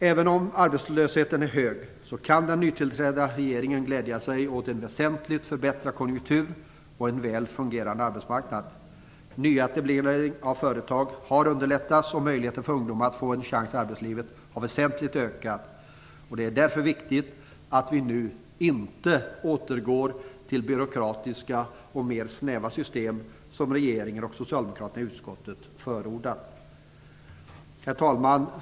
Även om arbetslösheten är hög kan den nytillträdda regeringen glädja sig åt en väsentligt förbättrad konjunktur med en väl fungerande arbesmarknad. Nyetablering av företag har underlättats, och möjligheten för ungdomar att få en chans i arbetslivet har väsentligt ökat. Det är därför viktigt att vi nu inte återgår till byråkratiska och mera snäva system, som regeringen och Socialdemokraterna i utskottet förordat. Herr talman!